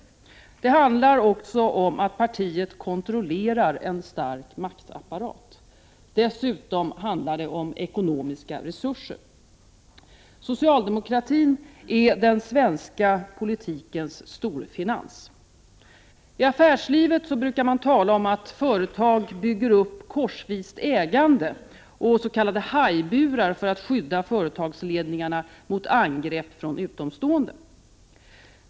Det handlar också om att partiet kontrollerar en stark maktapparat. Dessutom handlar det om ekonomiska resurser. Socialdemokratin är den svenska politikens storfinans. I affärslivet brukar man tala om att företag bygger upp korsvist ägande och s.k. hajburar för att skydda företagsledningarna mot angrepp från utomstående.